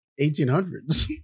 1800s